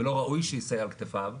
ולא ראוי שיישא על כתפיו,